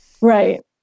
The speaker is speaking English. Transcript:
Right